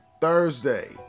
Thursday